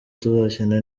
tuzakina